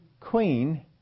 queen